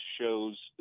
shows